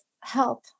help